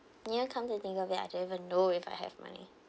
never come to think of it I don't even know if I have money